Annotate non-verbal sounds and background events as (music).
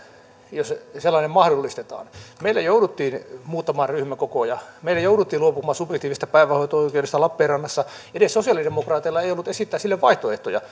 jos sellainen mahdollistetaan meillä lappeenrannassa jouduttiin muuttamaan ryhmäkokoja meillä jouduttiin luopumaan subjektiivisesta päivähoito oikeudesta edes sosialidemokraateilla ei ollut esittää sille vaihtoehtoja (unintelligible)